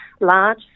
large